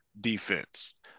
defense